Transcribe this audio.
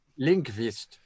Linkvist